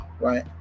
right